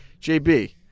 JB